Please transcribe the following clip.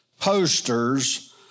posters